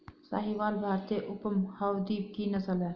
साहीवाल भारतीय उपमहाद्वीप की नस्ल है